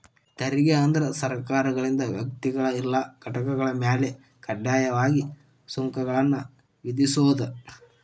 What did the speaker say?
ತೆರಿಗೆ ಅಂದ್ರ ಸರ್ಕಾರಗಳಿಂದ ವ್ಯಕ್ತಿಗಳ ಇಲ್ಲಾ ಘಟಕಗಳ ಮ್ಯಾಲೆ ಕಡ್ಡಾಯವಾಗಿ ಸುಂಕಗಳನ್ನ ವಿಧಿಸೋದ್